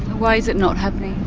why is it not happening?